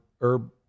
Herb